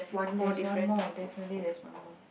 there's one more definitely there's one more